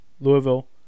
Louisville